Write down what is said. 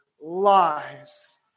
lies